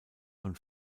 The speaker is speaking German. von